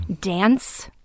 dance